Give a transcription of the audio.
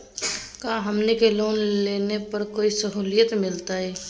का हमनी के लोन लेने पर कोई साहुलियत मिलतइ?